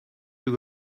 you